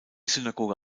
synagoge